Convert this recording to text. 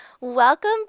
Welcome